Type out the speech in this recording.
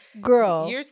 girl